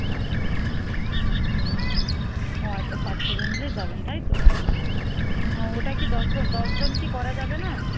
ও আচ্ছা পাঁচ ছ জন মিলে যাবেন তাই তো ওটা কি দশজন দশজন কি করা যাবে না